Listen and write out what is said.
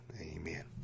amen